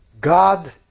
God